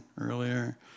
earlier